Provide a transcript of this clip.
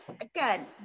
again